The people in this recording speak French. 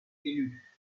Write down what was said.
élu